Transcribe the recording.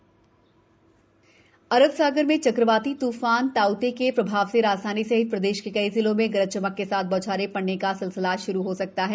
केव मौसम अरब सागर में चक्रवाती त्फान ताऊ ते के प्रभाव से राजधानी सहित प्रदेश के कई जिलों में गरज चमक के साथ बौछारें पडऩे का सिलसिला श्रू हो सकता है